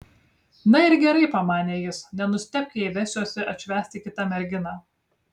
na ir gerai pamanė jis nenustebk jei vesiuosi atšvęsti kitą merginą